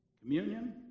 Communion